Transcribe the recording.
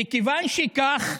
וכיוון שכך,